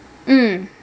mm